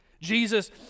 Jesus